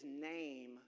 name